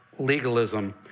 Legalism